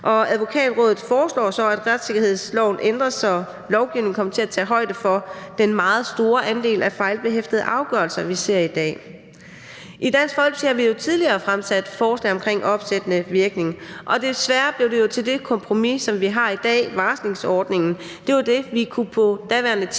Advokatrådet foreslår så, at retssikkerhedsloven ændres, så lovgivningen kommer til at tage højde for den meget store andel af fejlbehæftede afgørelser, vi ser i dag. Dansk Folkeparti har jo tidligere fremsat forslag om opsættende virkning, og desværre blev det jo til det kompromis, som vi har i dag – varslingsordningen. Det var det, vi på daværende tidspunkt